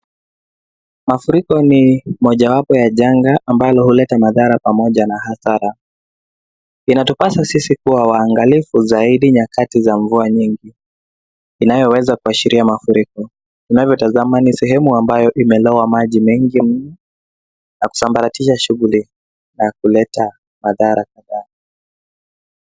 Mafuriko ni mojawapo ya janga ambalo huleta madhara pamoja na hasara. Inatupasa sisi kuwa waangalifu zaidi nyakati za mvua nyingi inayoweza kuashiria mafuriko. Tunavyotazama ni sehemu ambayo imelowa maji mengi mno na kusambaratisha shughuli na kuleta madhara kadhaa.